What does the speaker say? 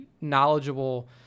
knowledgeable